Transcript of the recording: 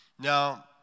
Now